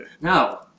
No